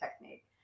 technique